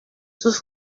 sus